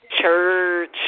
Church